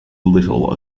little